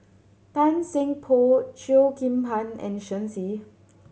Tan Seng Poh Cheo Kim Ban and Shen Xi